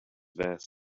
vest